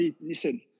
listen